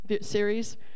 series